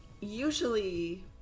usually